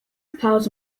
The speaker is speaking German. pause